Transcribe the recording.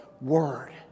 Word